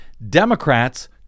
Democrats